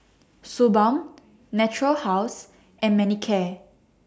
Suu Balm Natura House and Manicare